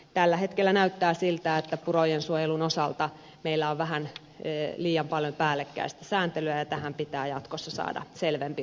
tällä hetkellä näyttää siltä että purojen suojelun osalta meillä on vähän liian paljon päällekkäistä sääntelyä ja tähän pitää jatkossa saada selvempi oikeudellinen tilanne